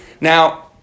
Now